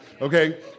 okay